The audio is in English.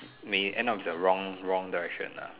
may end up in the wrong wrong direction ah